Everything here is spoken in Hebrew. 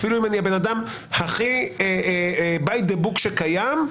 אפילו אם האדם הכי by book שקיים,